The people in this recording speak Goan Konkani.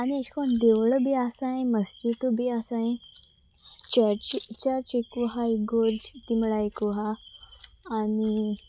आनी अशे करून देवळां बी आसाय मस्जिदू बी आसाय चर्ची चर्च एकू आसा इगर्ज ती म्हळा एकू आसा आनी